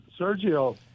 Sergio